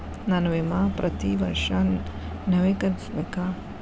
ನನ್ನ ವಿಮಾ ಪ್ರತಿ ವರ್ಷಾ ನವೇಕರಿಸಬೇಕಾ?